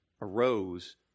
arose